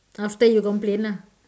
after you complain lah